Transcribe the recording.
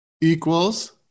equals